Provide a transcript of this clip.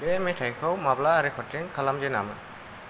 बे मेथाइखौ माब्ला रेकर्डिं खालामजेनामोन